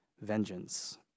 vengeance